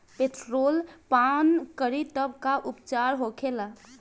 Petrol पान करी तब का उपचार होखेला?